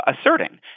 asserting